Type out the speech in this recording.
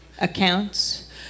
accounts